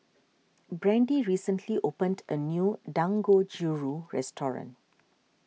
Brandee recently opened a new Dangojiru restaurant